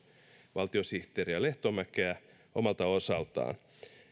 valtiosihteeri lehtomäkeä omalta osaltaan